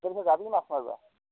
তই কি যাবি মাছ মাৰিব